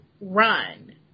run